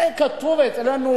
הרי כתוב אצלנו